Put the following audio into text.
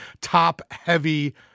top-heavy